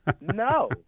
no